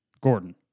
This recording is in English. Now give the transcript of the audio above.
Gordon